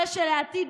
ולשעתיד,